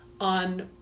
on